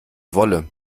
wolle